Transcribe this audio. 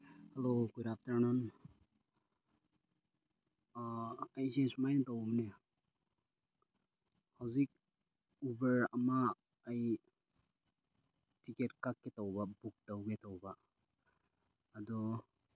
hello good afternoon ꯑꯩꯁꯤ ꯁꯨꯃꯥꯏꯅ ꯇꯧꯕꯅꯤ ꯍꯧꯖꯤꯛ ꯎꯕꯔ ꯑꯃ ꯑꯩ ꯇꯤꯀꯦꯠ ꯀꯛꯀꯦ ꯇꯧꯕ ꯕꯨꯛ ꯇꯧꯒꯦ ꯇꯧꯕ ꯑꯗꯣ